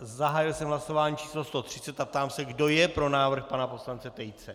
Zahájil jsem hlasování číslo 130 a ptám se, kdo je pro návrh pana poslance Tejce.